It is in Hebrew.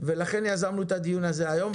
ולכן יזמנו את הדיון הזה היום,